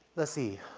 let's see.